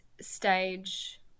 stage